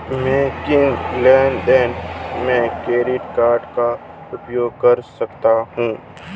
मैं किस लेनदेन में क्रेडिट कार्ड का उपयोग कर सकता हूं?